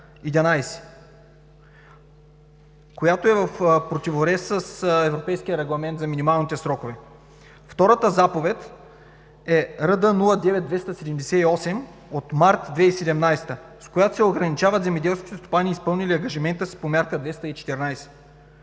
която е в противовес с Европейския регламент за минималните срокове. Втората заповед е № РС-09-278 от месец март 2017 г., с която се ограничават земеделските стопани, изпълнили ангажимента си по Мярка 214.